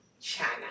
China